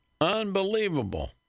unbelievable